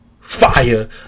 fire